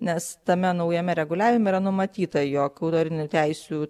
nes tame naujame reguliavime yra numatyta jog autorinių teisių